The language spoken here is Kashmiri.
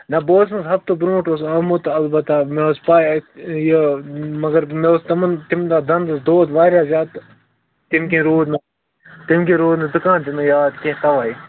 نہ بہٕ اوسُس نا حظ ہفتہٕ برونٹھ حظ آمُت البتہ مےٚ ٲسۍ پاے یہِ مگر مےٚ اوس تَمن تمہِ دۄہ دَندس دود واریاہ زیادٕ تہٕ تمہِ کِن روٗد نہٕ تمہِ کِن روٗد نہٕ دُکان تہِ مےٚ یاد کیٚنٛہہ تَوے